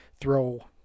throw